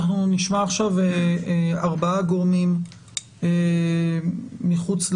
אנחנו נשמע עכשיו ארבעה גורמים מחוץ לממשלה.